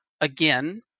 again